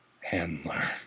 Handler